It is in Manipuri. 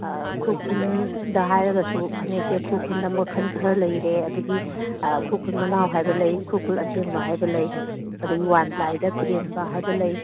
ꯈꯨꯔꯈꯨꯜꯗ ꯍꯥꯏꯔꯒꯁꯨ ꯐꯅꯦꯛꯁꯦ ꯈꯨꯔꯈꯨꯜꯗ ꯃꯈꯟ ꯈꯔ ꯂꯩꯔꯦ ꯑꯗꯨꯒꯤ ꯈꯨꯔꯈꯨꯜ ꯃꯅꯥꯎ ꯍꯥꯏꯕ ꯂꯩ ꯈꯨꯔꯈꯨꯜ ꯑꯁꯦꯡꯕ ꯍꯥꯏꯕ ꯂꯩ ꯑꯗꯒꯤ ꯋꯥꯟ ꯄ꯭ꯂꯥꯏꯗ ꯐꯦꯟꯕ ꯍꯥꯏꯕ ꯂꯩ